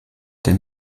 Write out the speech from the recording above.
den